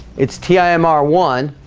it's t ah im r one